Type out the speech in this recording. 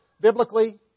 biblically